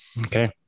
okay